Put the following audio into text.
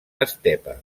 estepa